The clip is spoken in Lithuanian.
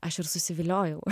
aš ir susiviliojau